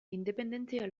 independentzia